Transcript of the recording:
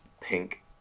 pink